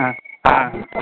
हँ हँ